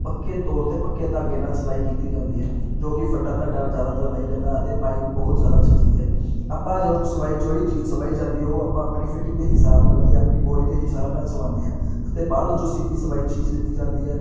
ਪੱਕੇ ਤੌਰ 'ਤੇ ਪੱਕੇ ਧਾਗੇ ਨਾਲ ਸਿਲਾਈ ਕੀਤੀ ਜਾਂਦੀ ਹੈ ਜੋ ਕਿ ਫਟਣ ਦਾ ਡਰ ਜ਼ਿਆਦਾਤਰ ਨਹੀਂ ਰਹਿੰਦਾ ਅਤੇ ਪਾਈ ਵੀ ਬਹੁਤ ਜ਼ਿਆਦਾ ਜੱਚਦੀ ਹੈ ਆਪਾਂ ਜੋ ਸਵਾਈ ਜਿਹੜੀ ਚੀਜ਼ ਸਵਾਈ ਜਾਂਦੀ ਹੈ ਉਹ ਆਪਾਂ ਆਪਣੀ ਫਿਟਿੰਗ ਦੇ ਹਿਸਾਬ ਨਾਲ ਅਤੇ ਆਪਣੀ ਬੋਡੀ ਦੇ ਹਿਸਾਬ ਨਾਲ ਸਵਾਉਂਦੇ ਹਾਂ ਅਤੇ ਬਾਹਰੋਂ ਜੋ ਸੀਤੀ ਸਵਾਈ ਚੀਜ਼ ਲਿੱਤੀ ਜਾਂਦੀ ਹੈ